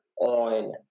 on